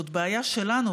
זאת בעיה שלנו,